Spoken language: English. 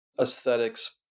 aesthetics